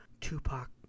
Tupac